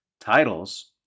titles